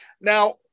Now